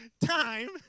time